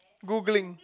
googling